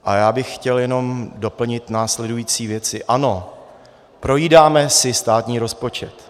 A já bych chtěl jenom doplnit následující věci: Ano, projídáme si státní rozpočet.